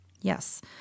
Yes